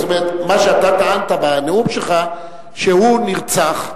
זאת אומרת, מה שאתה טענת בנאום שלך הוא שהוא נרצח,